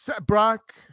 Brock